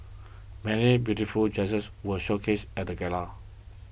many beautiful dresses were showcased at the gala